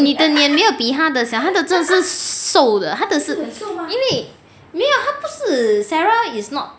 你的脸没有比她的小她的真的是瘦的因为没有 sarah is not